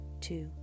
two